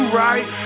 right